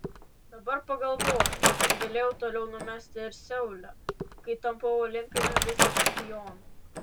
dabar pagalvoju kad galėjau toliau numesti ir seule kai tapau olimpiniu vicečempionu